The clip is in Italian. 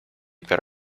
per